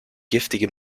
giftige